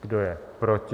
Kdo je proti?